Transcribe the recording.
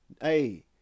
hey